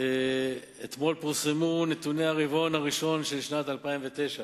אתמול פורסמו נתוני הרבעון הראשון של שנת 2009,